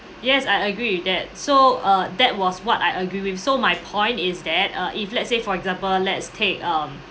yes I agree with that so uh that was what I agree with so my point is that uh if let's say for example let's take um